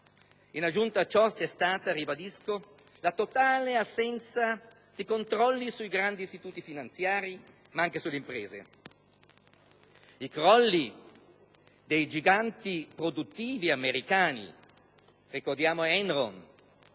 In aggiunta a ciò, vi è stata - lo ribadisco - la totale assenza di controlli sui grandi istituti finanziari, ma anche sulle imprese. I crolli dei giganti produttivi americani (ricordiamo Enron